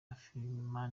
afrifame